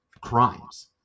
crimes